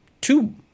two